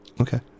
Okay